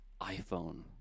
iPhone